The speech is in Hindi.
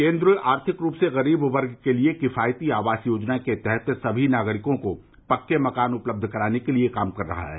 केंद्र आर्थिक रूप से गरीब वर्ग के लिए किफायती आवास योजना के तहत सभी नागरिकों को पक्के मकान उपलब्ध कराने के लिए काम कर रहा है